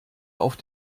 auf